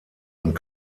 und